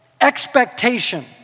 expectation